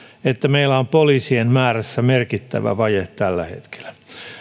että meillä on poliisien määrässä merkittävä vaje tällä hetkellä